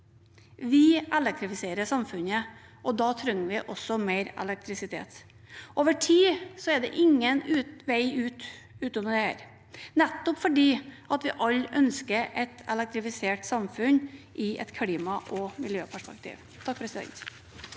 Vi elektrifiserer samfunnet, og da trenger vi også mer elektrisitet. Over tid er det ingen vei utenom dette, nettopp fordi vi alle ønsker et elektrifisert samfunn – også i et klima- og miljøperspektiv. Nikolai